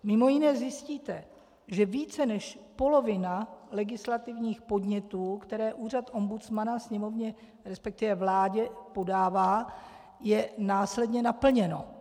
Mimo jiné zjistíte, že více než polovina legislativních podnětů, které Úřad ombudsmana Sněmovně, resp. vládě podává, je následně naplněno.